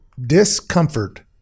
discomfort